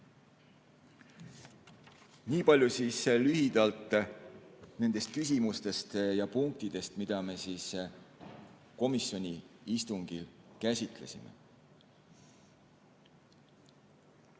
Nii palju siis lühidalt nendest küsimustest ja punktidest, mida me komisjoni istungil käsitlesime.